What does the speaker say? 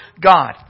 God